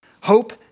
Hope